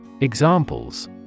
Examples